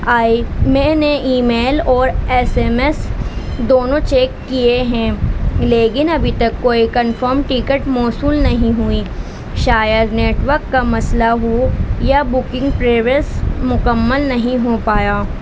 آئی میں نے email اور ایس ایم ایس دونوں چیک کیے ہیں لیکن ابھی تک کوئی کنفرم ٹکٹ موصول نہیں ہوئی شاید نیٹ ورک کا مسئلہ ہو یا بکنگ پروسیس مکمل نہیں ہو پایا